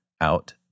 out